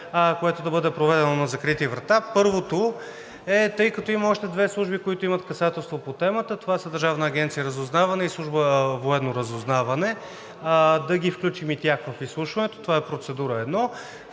което да бъде проведено при закрити врата. Първото е, тъй като има още две служби, които имат касателство по темата – това са Държавна агенция „Разузнаване“ и Служба „Военно разузнаване“, да ги включим и тях в изслушването. Това е първата процедура.